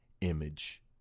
image